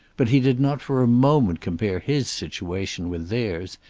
but he did not for a moment compare his situation with theirs,